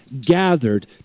gathered